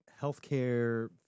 healthcare